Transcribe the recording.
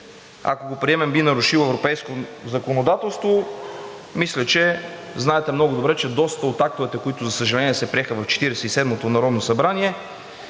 ако го приемем, би нарушил европейското законодателство. Мисля, че знаете много добре, че доста от актовете, които, за съжаление, се приеха в Четиридесет